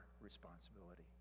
responsibility